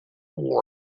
war